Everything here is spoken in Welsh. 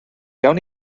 gawn